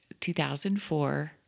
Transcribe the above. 2004